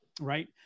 Right